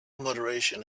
moderation